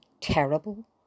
terrible